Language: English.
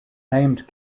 named